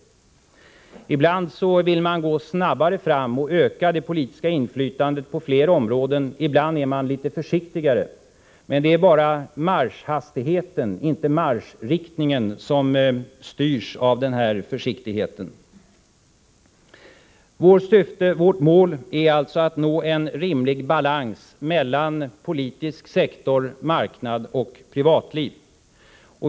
Ibland vill socialdemokraterna gå snabbare fram och öka det politiska inflytandet på flera områden, ibland är de litet försiktigare. Men det är bara marschhastigheten, inte marschriktningen, som styrs av den försiktigheten. Vårt mål är, som sagt, att uppnå en rimlig balans mellan politisk sektor, marknad och privatliv.